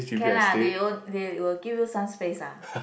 can lah they own they will give you some space ah